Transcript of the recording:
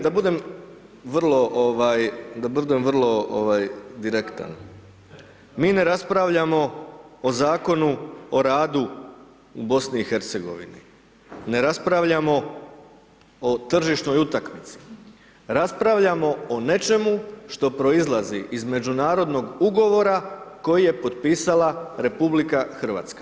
Da budem vrlo direktan, mi ne raspravljamo o Zakonu o radu u BiH, ne raspravljamo o tržišnoj utakmici, raspravljamo o nečemu što proizlazi iz Međunarodnog ugovora koji je potpisala RH.